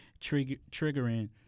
triggering